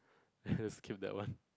let's keep that one